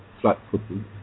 flat-footed